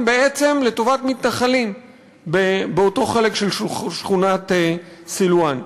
בעצם לטובת מתנחלים באותו חלק של שכונת סילואן.